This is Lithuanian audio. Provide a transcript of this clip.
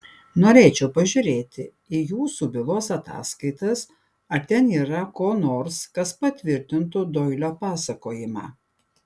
norėčiau pažiūrėti į jūsų bylos ataskaitas ar ten yra ko nors kas patvirtintų doilio pasakojimą